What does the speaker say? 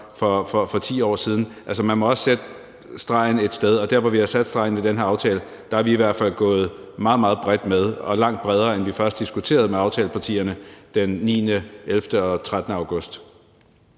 for 10 år siden, men man må også trække stregen et sted, og vi er, i forhold til hvordan den er blevet trukket i her aftale, i hvert fald gået meget, meget bredt med og langt bredere, end vi først diskuterede med aftalepartierne den 9., 11. og 13. august.